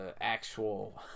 actual